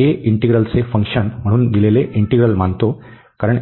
a इंटीग्रलचे function म्हणून दिलेले इंटीग्रल मानतो